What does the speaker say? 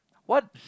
what